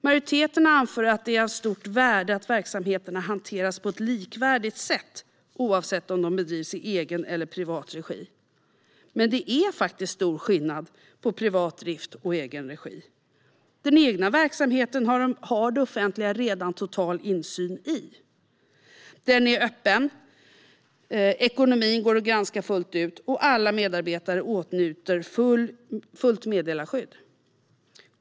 Majoriteten anför att det är av stort värde att verksamheterna hanteras på ett likvärdigt sätt oavsett om de bedrivs i egen eller privat regi, men det är faktiskt stor skillnad på privat drift och egen regi. I den egna verksamheten har det offentliga redan total insyn. Den är öppen, ekonomin går att granska fullt ut och alla medarbetare åtnjuter fullt meddelarskydd.